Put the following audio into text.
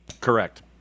Correct